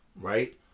right